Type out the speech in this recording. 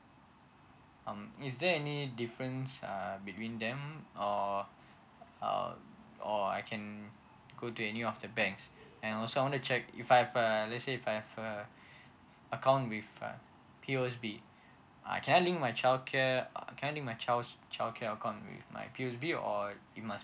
um is there any difference uh between them um uh uh or I can go to any of the banks and also I want to check if I have err let's say if I have uh account with uh P_O_S_B can I link my childcare uh can I link my child's childcare account with my P_O_S_B or we must